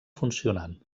funcionant